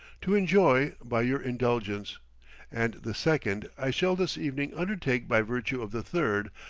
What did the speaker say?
to enjoy, by your indulgence and the second i shall this evening undertake by virtue of the third,